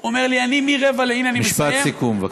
הוא אומר לי, הנה, אני מסיים, משפט סיכום בבקשה.